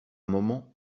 moment